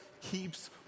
keeps